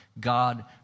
God